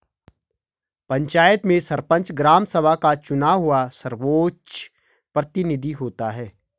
पंचायत में सरपंच, ग्राम सभा का चुना हुआ सर्वोच्च प्रतिनिधि होता है